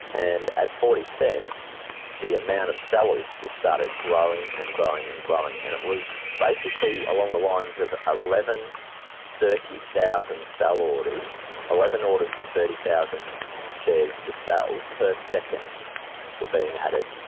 and at forty cents the amount of sellers just started growing and growing and growing. and it was basically along the lines of eleven thirty thousand sell orders eleven orders for thirty thousand shares to sell per second were being added.